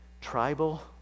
tribal